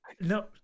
No